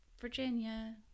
Virginia